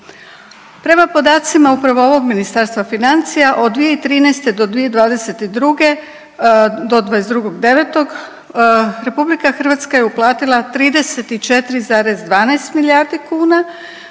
Prema podacima upravo ovog Ministarstva financija, od 2013. do 2022. do 22.9., RH je uplatila 34,12 milijardi kuna,